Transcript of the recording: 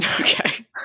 Okay